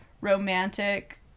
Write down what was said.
romantic